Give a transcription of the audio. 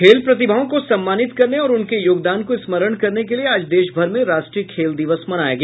खेल प्रतिभाओं को सम्मानित करने और उनके योगदान को स्मरण करने के लिये आज देश भर में राष्ट्रीय खेल दिवस मनाया गया